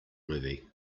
movie